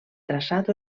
traçat